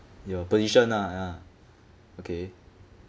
your position ah ya okay